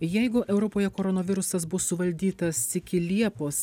jeigu europoje koronavirusas bus suvaldytas iki liepos